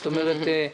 זאת אומרת,